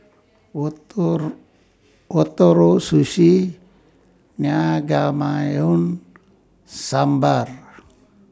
Ootoro Ootoro Sushi Naengmyeon Sambar